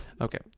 Okay